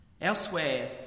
Elsewhere